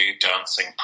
dancing